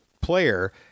player